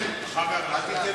התרבות והספורט נתקבלה.